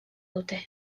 dute